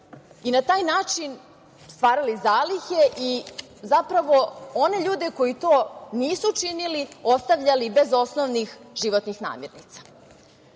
i na taj način stvarali zalihe i zapravo one ljude koji to nisu činili, ostavljali bez osnovnih životnih namirnica. Srbija